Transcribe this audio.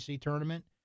tournament